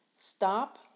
Stop